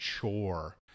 chore